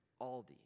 Aldi